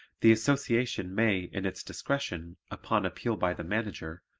the association may, in its discretion, upon appeal by the manager,